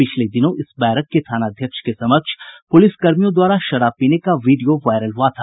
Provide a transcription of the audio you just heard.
पिछले दिनों इस बैरक के थानाध्यक्ष के समक्ष पुलिसकर्मियों द्वारा शराब पीने का वीडियो वायरल हुआ था